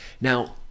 Now